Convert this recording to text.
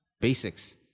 basics